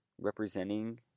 representing